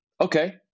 Okay